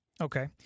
Okay